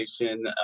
education